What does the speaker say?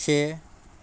छे